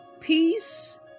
Peace